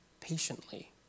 Patiently